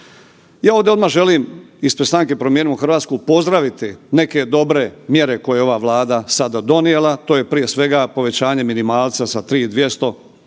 I ovdje odmah želim ispred Stranke Promijenimo Hrvatsku pozdraviti neke dobre mjere koje je ova Vlada sada donijela, to je prije svega povećanje minimalca sa